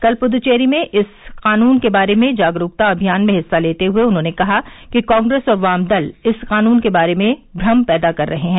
कल पुद्देचेरी में इस कानून के बारे में जागरुकता अभियान में हिस्सा लेते हुए उन्होंने कहा कि कांग्रेस और वाम दल इस कानून के बारे में भ्रम पैदा कर रहे हैं